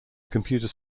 computer